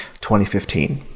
2015